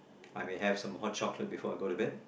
I may have some hot chocolate before I go to bed